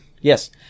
Yes